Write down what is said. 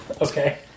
Okay